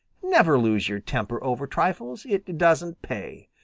never lose your temper over trifles. it doesn't pay.